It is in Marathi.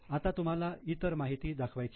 आता तुम्हाला इतर माहिती दाखवायची आहे